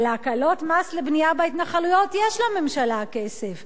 אבל להקלות מס לבנייה בהתנחלויות יש לממשלה כסף,